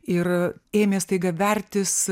ir ėmė staiga vertis